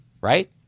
right